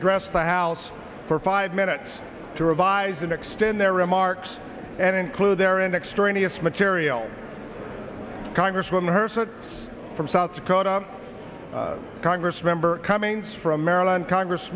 address the house for five minutes to revise and extend their remarks and include their in extraneous material congresswoman herseth from south dakota congress member cummings from maryland congress